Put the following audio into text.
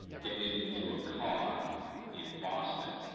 getting into a car in boston,